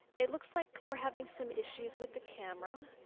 it looks like we're having some issues with the camera.